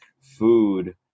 food